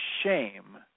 shame